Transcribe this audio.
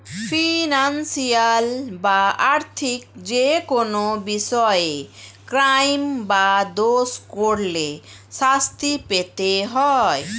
financial বা আর্থিক যেকোনো বিষয়ে ক্রাইম বা দোষ করলে শাস্তি পেতে হয়